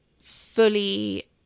fully